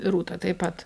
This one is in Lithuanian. rūta taip pat